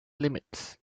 limits